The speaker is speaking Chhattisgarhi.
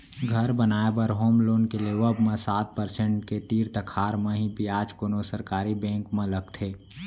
घर बनाए बर होम लोन के लेवब म सात परसेंट के तीर तिखार म ही बियाज कोनो सरकारी बेंक म लगथे